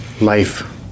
life